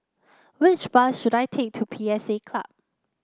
which bus should I take to P S A Club